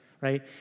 right